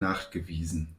nachgewiesen